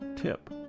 tip